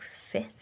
fifth